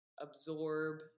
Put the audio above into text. Absorb